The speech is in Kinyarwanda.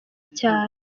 cyane